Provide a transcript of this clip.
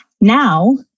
Now